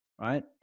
right